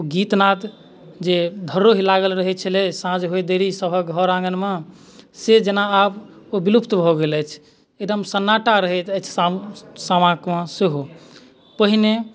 ओ गीतनाद जे धरोहि लागल रहैत छलै साँझ होइत देरी सभक घर आँगनमे से जेना आब विलुप्त भऽ गेल अछि एकदम सन्नाटा रहैत अछि सामाके वहाँ सेहो पहिने